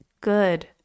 good